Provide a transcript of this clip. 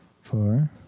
four